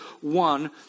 one